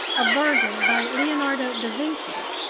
a virgin by leonardo da vinci,